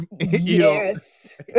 Yes